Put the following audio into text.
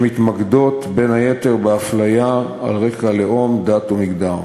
שמתמקדות בין היתר באפליה על רקע לאום, דת ומגדר.